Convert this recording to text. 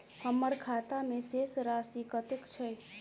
हम्मर खाता मे शेष राशि कतेक छैय?